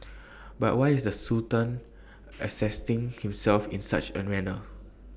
but why is the Sultan himself in such A manner